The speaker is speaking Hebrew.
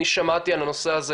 אני שמעתי על הנושא הזה